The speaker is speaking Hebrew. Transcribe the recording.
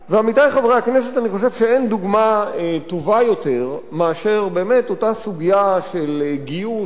אני חושב שאין דוגמה טובה יותר מאשר אותה סוגיה של גיוס ושירות,